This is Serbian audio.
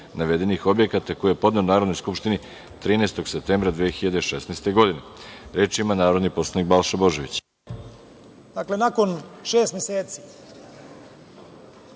navedenih objekata, koji je podneo Narodnoj skupštini 13. septembra 2016. godine. Reč ima narodni poslanik Balša Božović.